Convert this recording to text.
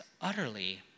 utterly